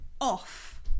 off